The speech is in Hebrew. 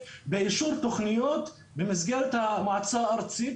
באישור תכניות במסגרת המועצה הארצית,